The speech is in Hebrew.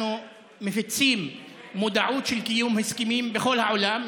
אנחנו מפיצים מודעות לקיום הסכמים בכל העולם,